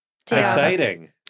Exciting